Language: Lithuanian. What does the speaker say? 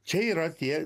čia yra tie